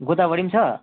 गोदावरी नि छ